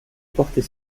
porter